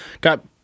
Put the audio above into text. got